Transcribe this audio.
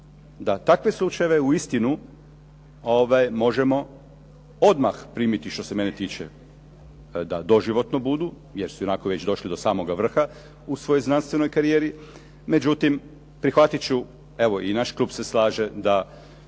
da takve slučajeve uistinu možemo odmah primiti što se mene tiče da doživotno budu jer su ionako već došli do samoga vrha u svojoj znanstvenoj karijeri. Međutim, prihvatit ću i evo naš klub se slaže da